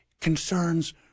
concerns